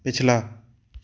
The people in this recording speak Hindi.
पिछला